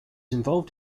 involved